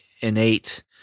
innate